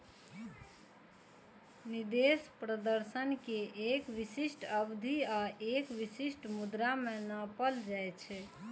निवेश प्रदर्शन कें एक विशिष्ट अवधि आ एक विशिष्ट मुद्रा मे नापल जाइ छै